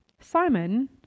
Simon